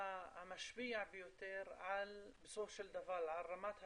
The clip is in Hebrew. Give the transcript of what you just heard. המשפיע ביותר בסופו של דבר על רמת הפשיעה,